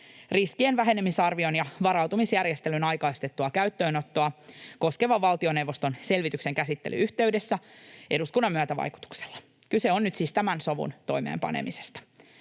riskien vähenemisarvion ja varautumisjärjestelyn aikaistettua käyttöönottoa koskevan valtioneuvoston selvityksen käsittelyn yhteydessä eduskunnan myötävaikutuksella. Kyse on nyt siis tämän sovun toimeenpanemisesta.